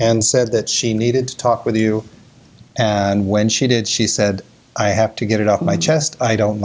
and said that she needed to talk with you and when she did she said i have to get it off my chest i don't